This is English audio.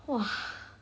!wah!